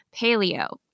Paleo